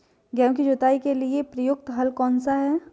गेहूँ की जुताई के लिए प्रयुक्त हल कौनसा है?